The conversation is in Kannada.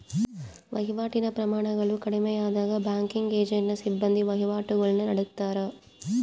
ವಹಿವಾಟಿನ ಪ್ರಮಾಣಗಳು ಕಡಿಮೆಯಾದಾಗ ಬ್ಯಾಂಕಿಂಗ್ ಏಜೆಂಟ್ನ ಸಿಬ್ಬಂದಿ ವಹಿವಾಟುಗುಳ್ನ ನಡತ್ತಾರ